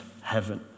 heaven